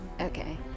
Okay